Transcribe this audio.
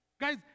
guys